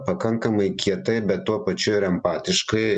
pakankamai kietai bet tuo pačiu ir empatiškai